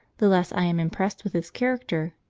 the less i am impressed with his character.